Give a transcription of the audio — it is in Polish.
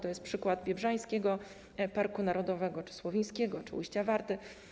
To jest przykład Biebrzańskiego Parku Narodowego czy słowińskiego, czy „Ujścia Warty”